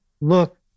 look